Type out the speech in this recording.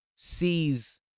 Sees